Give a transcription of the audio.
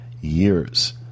years